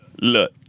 Look